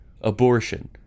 abortion